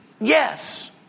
yes